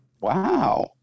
Wow